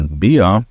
bia